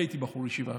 אני הייתי בחור ישיבה,